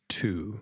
two